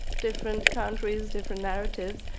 different countries, different narratives.